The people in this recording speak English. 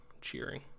cheering